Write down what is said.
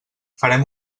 farem